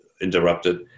interrupted